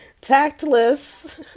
tactless